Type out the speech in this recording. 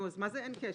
מה זה "אין קשר"?